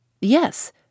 Yes